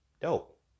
Dope